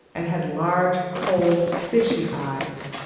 and had large, cold, fishy eyes,